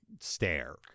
stare